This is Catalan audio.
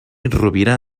rovira